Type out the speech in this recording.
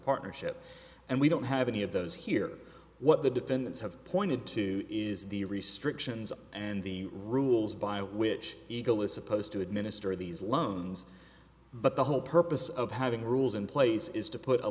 partnership and we don't have any of those here what the defendants have pointed to is the restrictions and the rules by which eagle is supposed to administer these loans but the whole purpose of having rules in place is to put a